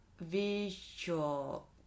visual